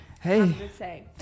hey